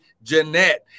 Jeanette